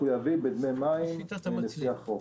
מחויבים בדמי מים לפי החוק.